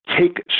take